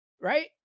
right